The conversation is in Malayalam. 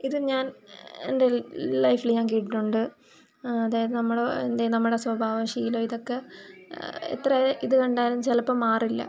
ഇത് ഞാൻ എൻ്റെ ലൈഫിൽ ഞാൻ കേട്ടിട്ടുണ്ട് അതായത് നമ്മുടെ എന്തേലും സ്വഭാവം ശീലം ഇതൊക്കെ എത്ര ഇത് കണ്ടാലും ചിലപ്പോൾ മാറില്ല